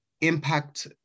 impact